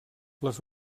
les